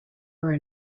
were